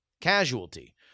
casualty